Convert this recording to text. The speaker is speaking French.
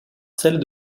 celles